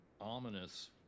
ominous